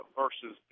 versus